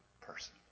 person